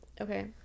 Okay